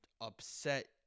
upset